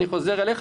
אני חוזר אליך,